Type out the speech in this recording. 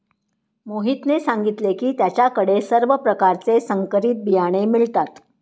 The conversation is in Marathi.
मोहितने सांगितले की त्याच्या कडे सर्व प्रकारचे संकरित बियाणे मिळतात